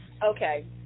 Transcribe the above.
Okay